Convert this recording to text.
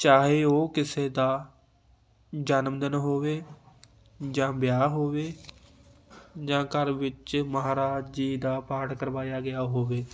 ਚਾਹੇ ਉਹ ਕਿਸੇ ਦਾ ਜਨਮਦਿਨ ਹੋਵੇ ਜਾਂ ਵਿਆਹ ਹੋਵੇ ਜਾਂ ਘਰ ਵਿੱਚ ਮਹਾਰਾਜ ਜੀ ਦਾ ਪਾਠ ਕਰਵਾਇਆ ਗਿਆ ਹੋਵੇ